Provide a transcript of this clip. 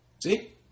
See